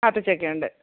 ആത്തചക്കയുണ്ട്